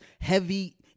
heavy